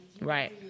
Right